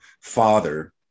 father